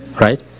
right